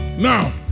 Now